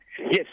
Yes